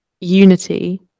Unity